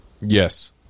Yes